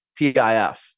PIF